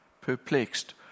perplexed